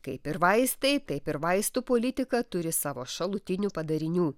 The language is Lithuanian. kaip ir vaistai taip ir vaistų politika turi savo šalutinių padarinių